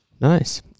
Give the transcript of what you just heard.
Nice